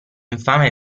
infame